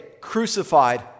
crucified